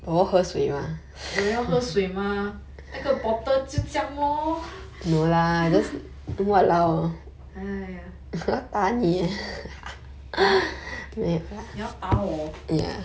我要喝水 mah 那个 bottle 就这样 lor !haiya! !huh! 你要打我